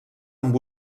amb